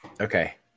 okay